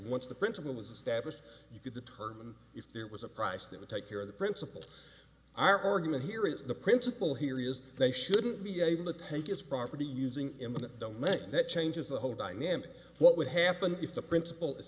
once the principle was established you could determine if there was a price that would take care of the principle our argument here is the principle here is they shouldn't be able to take it's property using eminent domain that changes the whole dynamic what would happen if the principle is